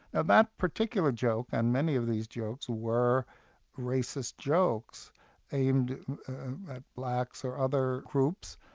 and that particular joke, and many of these jokes, were racist jokes aimed at blacks or other groups,